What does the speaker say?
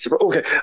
okay